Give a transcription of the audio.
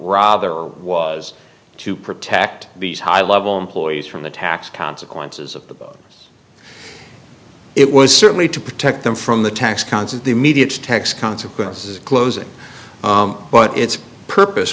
rather was to protect these high level employees from the tax consequences of this it was certainly to protect them from the tax cons and the immediate tax consequences of closing but its purpose